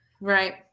Right